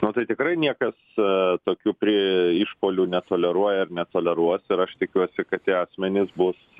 nu tai tikrai niekas a tokių prie išpuolių netoleruoja ir netoleruos ir aš tikiuosi kad tie asmenys bus